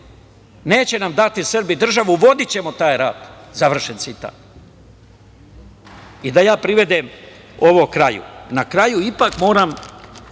neće nam dati Srbi državu, vodićemo taj rat. Završen citat. Da ja privedem ovo kraju. Na kraju ipak moram,